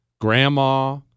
grandma